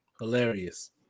Hilarious